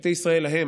שבטי ישראל ההם,